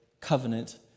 covenant